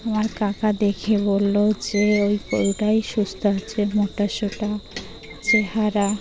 আমার কাকা দেখে বললো যে ওই গরুটাই সুস্থ আছে মোটাসোটা চেহারা